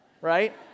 right